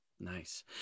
Nice